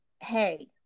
hey